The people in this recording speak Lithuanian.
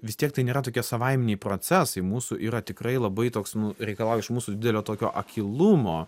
vis tiek tai nėra tokie savaiminiai procesai mūsų yra tikrai labai toks nu reikalauja iš mūsų didelio tokio akylumo